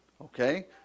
Okay